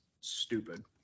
Stupid